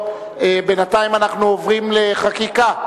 בינתיים אנחנו עוברים לחקיקה.